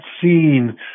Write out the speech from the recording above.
seen